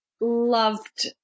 loved